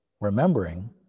remembering